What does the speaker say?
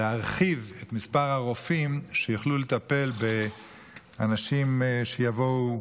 להרחיב את מספר הרופאים שיוכלו לטפל באנשים שיבואו,